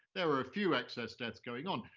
there were a few excess deaths going on.